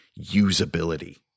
usability